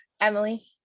Emily